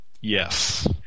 yes